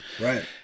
Right